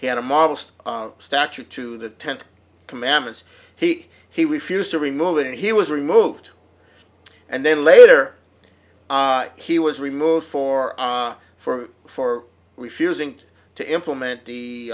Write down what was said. he had a modest statue to the tenth commandments he he refused to remove it and he was removed and then later he was removed for for for refusing to implement the